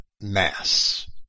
mass